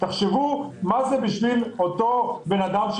תחשבו מה זה בשביל אותו אדם,